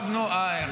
אתה לא רואה את הקרע?